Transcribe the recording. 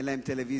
אין להם טלוויזיה,